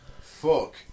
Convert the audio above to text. Fuck